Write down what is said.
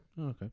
okay